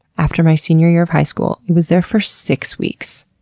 after my senior year of high school. it was there for six weeks.